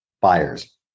buyers